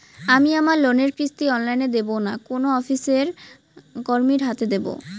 আমি আমার লোনের কিস্তি অনলাইন দেবো না কোনো অফিসের কর্মীর হাতে দেবো?